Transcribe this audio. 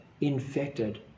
infected